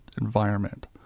environment